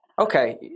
Okay